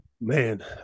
Man